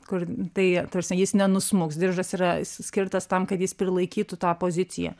kur tai ta prasme jis nenusmuks diržas yra skirtas tam kad jis prilaikytų tą poziciją